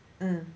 mm